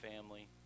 family